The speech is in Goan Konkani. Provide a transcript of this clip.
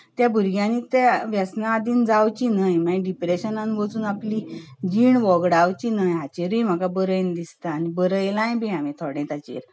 त्या भुरग्यांनी त्या व्यसनां अधीन जावचीं न्हय मागीर डिप्रेशनान वचून आपली जीण वगडावची न्हय हाचेरूय म्हाका बरयन दिसता आनी बरयलाय बी हांवें थोडें ताचेर